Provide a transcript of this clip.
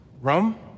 Rum